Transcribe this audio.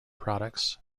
products